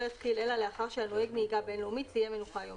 לא יתחיל אלא לאחר שהנוהג נהיגה בין- לאומית סיים מנוחה יומית.